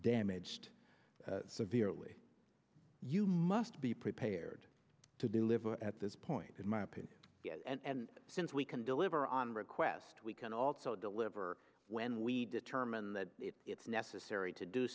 damaged severely you must be prepared to deliver at this point in my opinion and since we can deliver on request we can also deliver when we determine that it's necessary to do